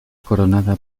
coronada